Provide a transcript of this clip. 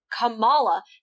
kamala